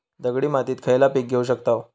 दगडी मातीत खयला पीक घेव शकताव?